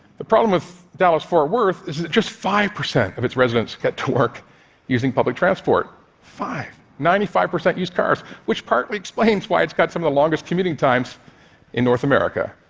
the problem with dallas-forth worth is just five percent of its residents get to work using public transport five. ninety-five percent use cars, which partly explains why it's got some of the longest commuting times in north america.